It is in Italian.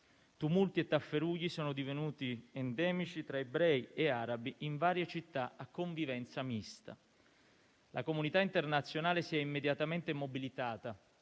Tumulti e tafferugli sono divenuti endemici tra ebrei e arabi in varie città a convivenza mista. La comunità internazionale si è immediatamente mobilitata.